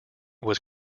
was